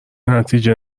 نتیجه